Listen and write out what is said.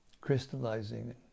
crystallizing